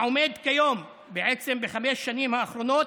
העומד כיום, בעצם בחמש השנים האחרונות,